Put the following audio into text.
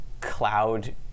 cloud